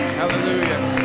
hallelujah